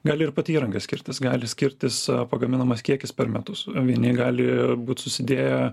gali ir pati įranga skirtis gali skirtis pagaminamas kiekis per metus vieni gali būt susidėję